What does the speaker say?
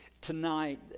tonight